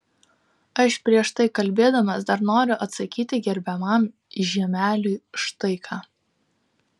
aš prieš tai kalbėdamas dar noriu atsakyti gerbiamam žiemeliui štai ką